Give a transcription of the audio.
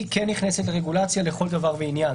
היא כן נכנסת לרגולציה לכל דבר ועניין.